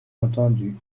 entendu